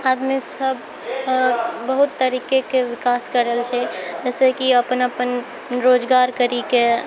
आदमीसब बहुत तरीकाके विकास कऽ रहल छै जइसेकि अपन अपन रोजगार करिके